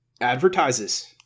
advertises